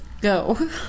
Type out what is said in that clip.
go